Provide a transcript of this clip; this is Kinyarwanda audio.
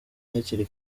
hakiri